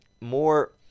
more